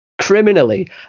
criminally